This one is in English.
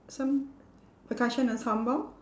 some percussion ensemble